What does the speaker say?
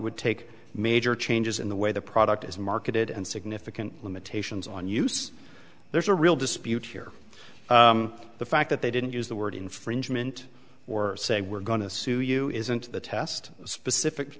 would take major changes in the way the product is marketed and significant limitations on use there's a real dispute here the fact that they didn't use the word infringement or say we're going to sue you isn't the test specific